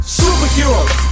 superheroes